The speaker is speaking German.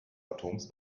atoms